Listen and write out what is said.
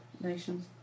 nations